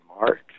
March